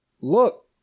look